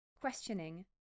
questioning